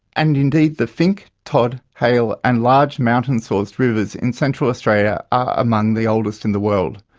and indeed the finke, todd, hale and large mountain-sourced rivers in central australia are among the oldest in the world.